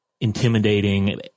Intimidating